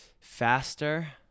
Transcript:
Faster